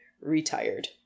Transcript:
retired